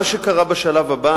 מה שקרה בשלב הבא,